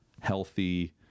healthy